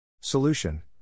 Solution